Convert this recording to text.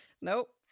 Nope